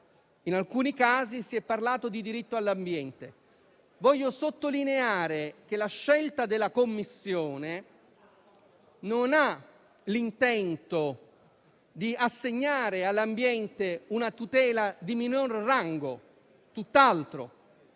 In alcuni casi si è parlato di diritto all'ambiente. Voglio sottolineare che la scelta della Commissione non ha l'intento di assegnare all'ambiente una tutela di minor rango: tutt'altro